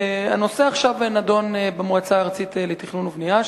הנושא נדון עכשיו במועצה הארצית לתכנון ובנייה,